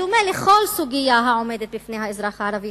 בדומה לכל סוגיה העומדת בפני האזרח הערבי,